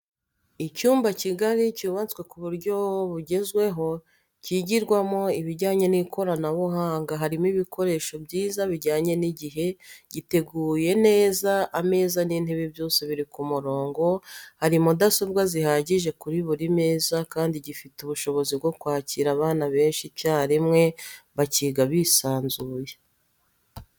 Icyumba kigari cyubatse ku buryo bwugezweho kigirwamo ibijyanye n'ikoranabuhanga harimo ibikoresho byiza bijyanye n'igihe, giteguye neza ameza n'intebe byose biri ku murongo, hari mudasobwa zihagije kuri buri meza kandi gifite ubushobozi bwo kwakira abana benshi icyarimwe bakiga bisanzuye.